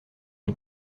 une